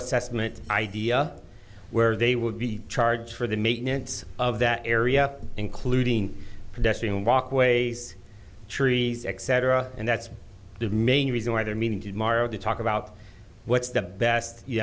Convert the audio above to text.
assessment idea where they would be charged for the maintenance of that area including pedestrian walkway trees etc and that's the main reason why they're meeting tomorrow to talk about what's the best y